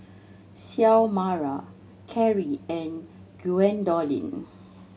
Xiomara Keri and Gwendolyn